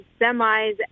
semis